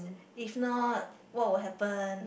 if not what would happened